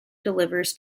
delivers